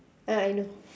ah I know